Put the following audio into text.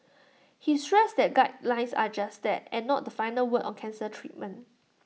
he stressed that guidelines are just that and not the final word on cancer treatment